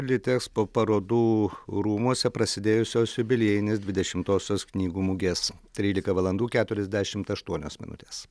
litekspo parodų rūmuose prasidėjusios jubiliejinės dvidešimtosios knygų mugės trylika valandų keturiasdešimt aštuonios minutės